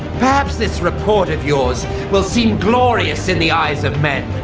perhaps this report of yours will seem glorious in the eyes of men,